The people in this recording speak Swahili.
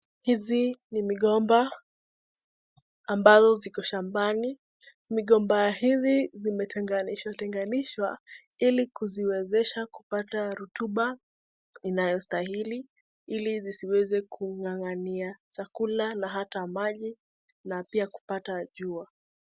Hivi ni migomba ambazo ziko shambani. Migomba hizi zimeteganishwateganishwa ili kuziwezesha kupata rutuba inayostahili ili zisiweze kung'ang'ania chakula na ata maji na pia kupata jua.